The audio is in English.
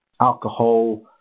alcohol